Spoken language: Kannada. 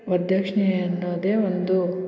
ವರದಕ್ಷ್ಣೆ ಅನ್ನೋದೇ ಒಂದು